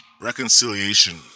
reconciliation